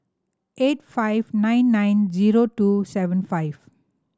eight five nine nine zero two seven five